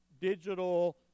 digital